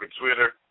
Twitter